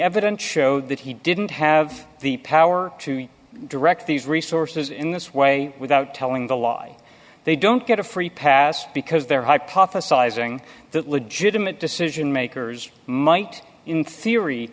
evidence showed that he didn't have the power to direct these resources in this way without telling the lie they don't get a free pass because they're hypothesizing that legitimate decision makers might in theory